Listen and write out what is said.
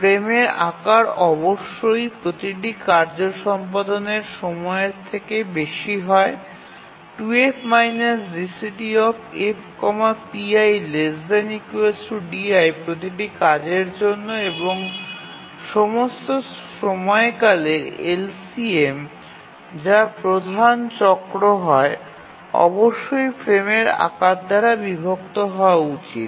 ফ্রেমের আকার অবশ্যই প্রতিটি কার্য সম্পাদনের সময়ের থেকে বেশি হয় 2F GCDF pi ≤ di প্রতিটি কাজের জন্য এবং সমস্ত সময়কালের LCM যা প্রধান চক্র হয় অবশ্যই ফ্রেমের আকার দ্বারা বিভক্ত হওয়া উচিত